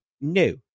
no